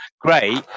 Great